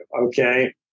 okay